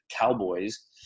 Cowboys